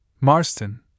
Marston